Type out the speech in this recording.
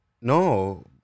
No